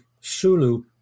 Sulu